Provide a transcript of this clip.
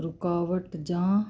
ਰੁਕਾਵਟ ਜਾਂ